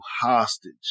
hostage